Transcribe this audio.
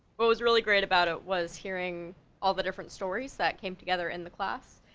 what was really great about it was hearing all the different stories that came together in the class,